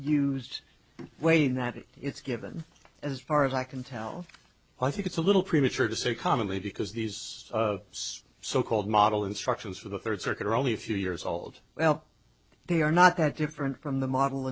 used way that it's given as far as i can tell i think it's a little premature to say commonly because these of so called model instructions for the third circuit are only a few years old well they are not that different from the model